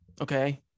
okay